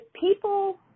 people